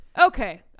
Okay